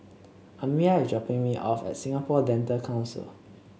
Amya is dropping me off at Singapore Dental Council